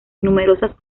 numerosas